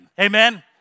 Amen